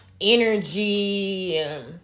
energy